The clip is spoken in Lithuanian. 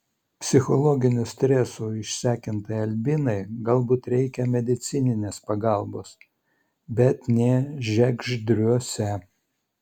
psichologinių stresų išsekintai albinai galbūt reikia medicininės pagalbos bet ne žiegždriuose